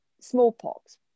smallpox